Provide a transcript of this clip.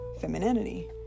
femininity